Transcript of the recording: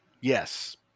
Yes